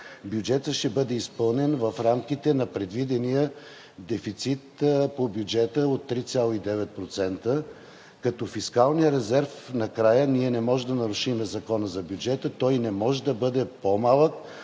бюджетът ще бъде изпълнен в рамките на предвидения дефицит по бюджета от 3,9%, като фискалният резерв накрая – ние не можем да нарушим Закона за бюджета, той не може да бъде по-малък